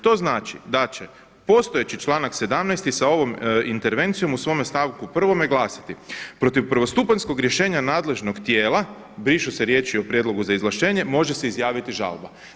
To znači da će postojeći članak 17. sa ovom intervencijom u svome stavku 1. glasiti protiv prvostupanjskog rješenja nadležnog tijela brišu se riječi o prijedlogu za izvlaštenje može se izjaviti žalba.